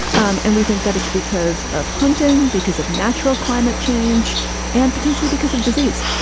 um and we think that it's because of hunting, because of natural climate change and potentially because of disease.